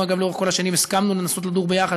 אנחנו כל השנים הסכמנו לדור ביחד,